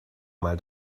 mal